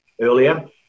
earlier